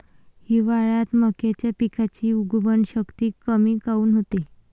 हिवाळ्यात मक्याच्या पिकाची उगवन शक्ती कमी काऊन होते?